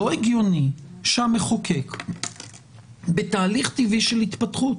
הגיוני שהמחוקק בתהליך טבעי של התפתחות,